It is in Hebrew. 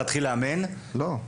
להתחיל לאמן --- לא.